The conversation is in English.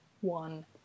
one